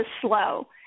slow